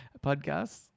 podcasts